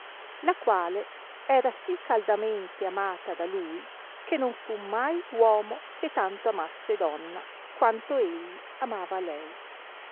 la quale era sì caldamente amata da lui che non fu mai uomo che tanto amasse donna quanto egli amava lei